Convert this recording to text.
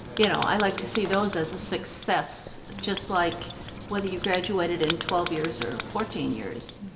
you know, i like to see those as a success just like whether you graduated in twelve years or fourteen years.